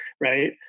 right